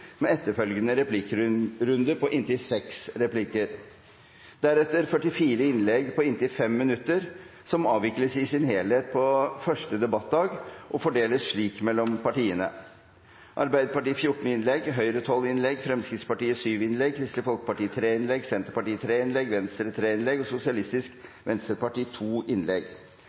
med etterfølgende replikkrunde på inntil seks replikker, deretter 44 innlegg på inntil 5 minutter, som avvikles i sin helhet på første debattdag, og fordeles slik mellom partiene: Arbeiderpartiet 14 innlegg, Høyre 12 innlegg, Fremskrittspartiet 7 innlegg, Kristelig Folkeparti 3 innlegg, Senterpartiet 3 innlegg, Venstre 3 innlegg og Sosialistisk Venstreparti 2 innlegg.